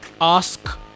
ask